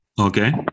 Okay